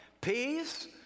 peace